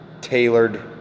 tailored